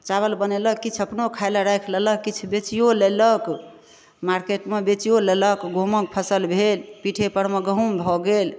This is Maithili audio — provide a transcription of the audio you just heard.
चावल बनेलक किछु अपनो खाइ लऽ राखि लेलक किछु बेचियो लेलक मार्केटमे बेचियो लेलक गहुमोके फसल भेल पीठेपर मे गहुम भऽ गेल